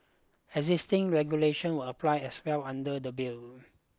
existing regulations will apply as well under the bill